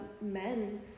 men